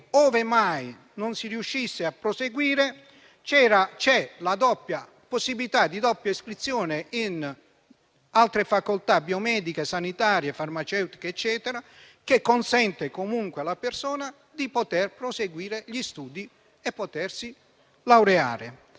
ove mai non si riuscisse a proseguire, c'è la possibilità di doppia iscrizione in altre facoltà biomediche, sanitarie, farmaceutiche, eccetera, che consente comunque alla persona di proseguire gli studi e di laurearsi.